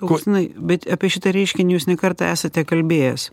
augustinai bet apie šitą reiškinį jūs ne kartą esate kalbėjęs